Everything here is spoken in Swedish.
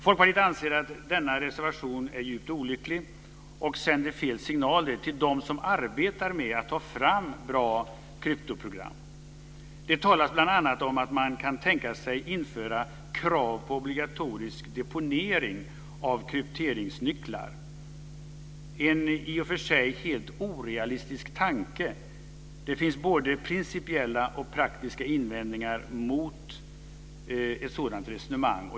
Folkpartiet anser att denna reservation är djupt olycklig och sänder fel signaler till dem som arbetar med att ta fram bra kryptoprogram. Det talas bl.a. om att man kan tänka sig att införa krav på obligatorisk deponering av krypteringsnycklar. Det är i och för sig en helt orealistisk tanke. Det finns både principiella och praktiska invändningar mot ett sådant resonemang.